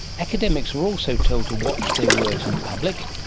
academics were also told to watch their words in public.